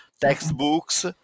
textbooks